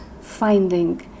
finding